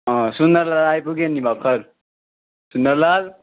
सुन्दरलाल आइपुग्यो नि भर्खर सुन्दरलाल